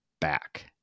back